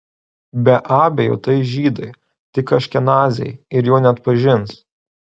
be abejo tai žydai tik aškenaziai ir jo neatpažins